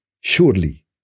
Surely